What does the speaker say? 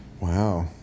wow